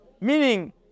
meaning